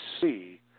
see